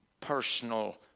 personal